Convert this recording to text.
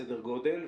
סדר גודל,